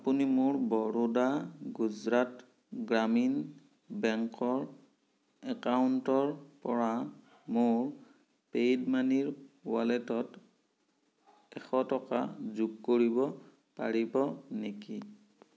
আপুনি মোৰ বৰোডা গুজৰাট গ্ৰামীণ বেংকৰ একাউণ্টৰ পৰা মোৰ পেইউ মানিৰ ৱালেটত এশ টকা যোগ কৰিব পাৰিব নেকি